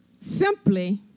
simply